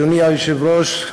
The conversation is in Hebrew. אדוני היושב-ראש,